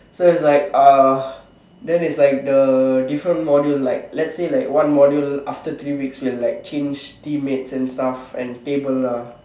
so it's like uh then it's like the different module like let's say like one module after three weeks will like change teammates and stuff and table lah